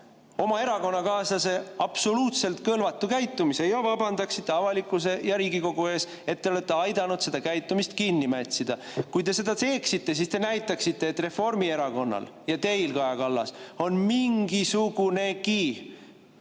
oma erakonnakaaslase absoluutselt kõlvatu käitumise ja vabandaksite avalikkuse ja Riigikogu ees, et te olete aidanud seda käitumist kinni mätsida. Kui te seda teeksite, siis te näitaksite, et Reformierakonnal ja teil, Kaja Kallas, on mingisugunegi